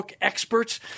experts